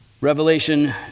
Revelation